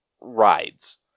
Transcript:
rides